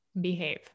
behave